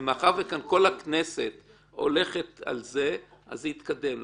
ומאחר שכאן כל הכנסת הולכת על זה, אז זה יתקדם.